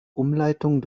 umleitung